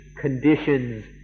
conditions